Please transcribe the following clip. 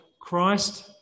Christ